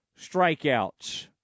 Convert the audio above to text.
strikeouts